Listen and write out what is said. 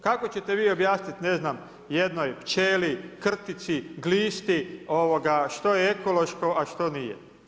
Kako ćete vi objasniti ne znam jednoj pčeli, krtici, glisti što je ekološko, a što nije.